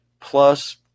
plus